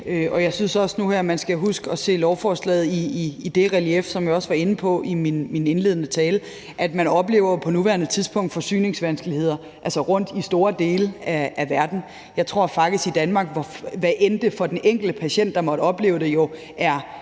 og jeg synes også, at man nu her skal huske at se lovforslaget i det perspektiv, som jeg også var inde på i min indledende tale, altså at man på nuværende tidspunkt oplever forsyningsvanskeligheder rundtomkring i store dele af verden. Om end det for den enkelte patient, der måtte opleve det, jo er